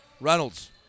Reynolds